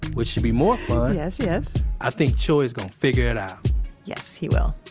which should be more fun yes. yes i think choy's gonna figure it out yes. he will.